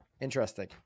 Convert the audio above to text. Interesting